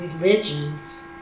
religions